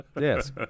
Yes